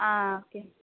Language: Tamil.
ஆ ஓகே